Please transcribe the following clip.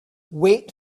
wait